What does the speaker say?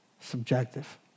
Subjective